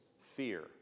Fear